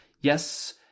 Yes